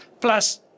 Plus